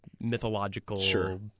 mythological